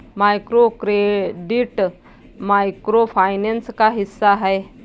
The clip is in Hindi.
माइक्रोक्रेडिट माइक्रो फाइनेंस का हिस्सा है